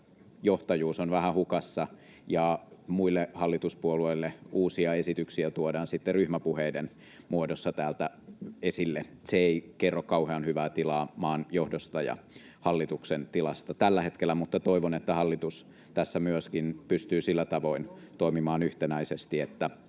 johtajuus on vähän hukassa ja muille hallituspuolueille uusia esityksiä tuodaan sitten ryhmäpuheiden muodossa täältä esille. Se ei kerro kauhean hyvää tilaa maan johdosta ja hallituksen tilasta tällä hetkellä, mutta toivon, että hallitus tässä myöskin pystyy sillä tavoin toimimaan yhtenäisesti, että